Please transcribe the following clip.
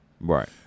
Right